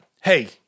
hey